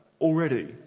Already